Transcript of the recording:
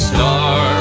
Star